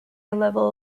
level